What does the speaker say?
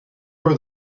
her